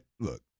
look